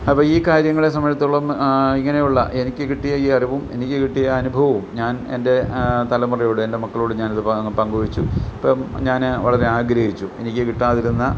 അപ്പം ഈ കാര്യങ്ങളെ സംബന്ധിച്ചിടത്തോളം ഇങ്ങനെയുള്ള എനിക്ക് കിട്ടിയ ഈ അനുഭവം എനിക്ക് കിട്ടിയ അനുഭവവും ഞാൻ എൻ്റെ തലമുറയോട് എൻ്റെ മക്കളോട് ഞാനത് പങ്കുവച്ചു ഞാൻ വളരെ ആഗ്രഹിച്ചു എനിക്ക് കിട്ടാതിരുന്ന